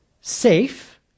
Safe